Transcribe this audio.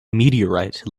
meteorite